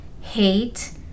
hate